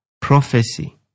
prophecy